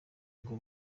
ngo